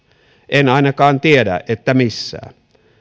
en ainakaan tiedä että missään